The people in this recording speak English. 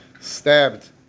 stabbed